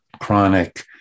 chronic